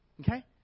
Okay